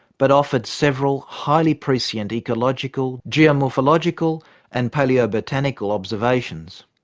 but offered several highly prescient ecological, geomorphological and palaeo-botanical observations.